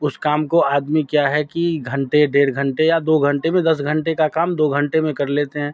उस काम को आदमी क्या है कि घंटे डेढ़ घंटे या दो घंटे में दस घंटे का काम दो घंटे में कर लेते हैं